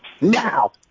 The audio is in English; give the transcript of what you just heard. Now